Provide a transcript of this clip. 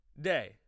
day